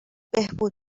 بهبود